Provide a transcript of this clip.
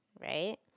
right